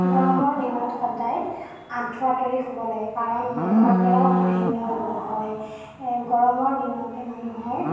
গৰমৰ দিনত সদায় আঁঠুৱা তৰি শুব লাগে কাৰণ মহৰপৰাও বিভিন্ন ৰোগ হয় গৰমৰ দিনতে মানুহৰ